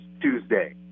Tuesday